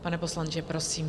Pane poslanče, prosím.